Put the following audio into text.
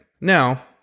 Now